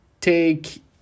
take